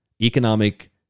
economic